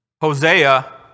Hosea